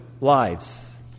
lives